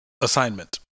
assignment